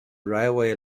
railway